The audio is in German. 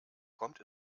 kommt